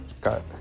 got